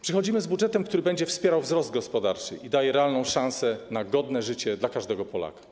Przychodzimy z budżetem, który będzie wspierał wzrost gospodarczy i daje realną szansę na godne życie dla każdego Polaka.